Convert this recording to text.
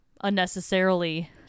unnecessarily